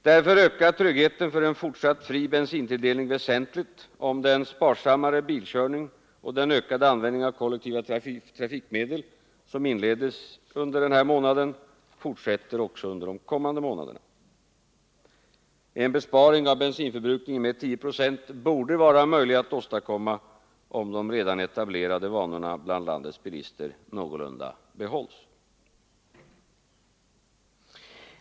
Därför ökar tryggheten för en fortsatt fri bensintilldelning väsentligt om den sparsammare bilkörning och den ökade användning av kollektiva trafikmedel som inleddes under januari fortsätter också under de kommande månaderna. En besparing av bensinförbrukningen med 10 procent borde vara möjlig att åstadkomma, om de redan etablerade vanorna bland landets bilister någorlunda behålls.